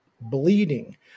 bleeding